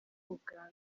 uganda